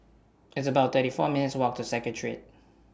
It's about thirty four minutes' Walk to Secretariat